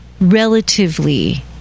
Relatively